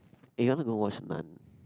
eh you wanna go watch Nun